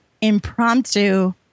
impromptu